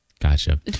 Gotcha